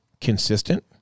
consistent